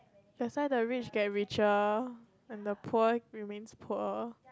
that's why the rich get richer and the poor remains poor